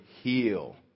heal